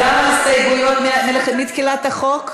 ההסתייגויות מתחילת החוק?